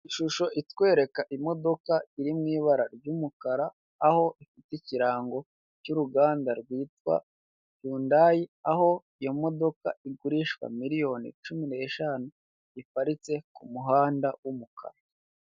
Ishusho itwereka imodoka iri mu ibara ry'umukara, aho ifite ikirango cy'uruganda rwitwa yindayi, aho iyo modoka igurishwa miliyoni cumu n'eshanu iparitse ku muhanda w'umukara.